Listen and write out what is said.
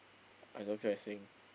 I don't feel like saying